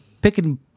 picking